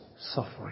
suffering